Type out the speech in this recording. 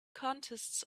contests